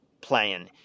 playing